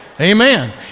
amen